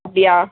அப்படியா